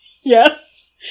Yes